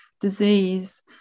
disease